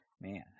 man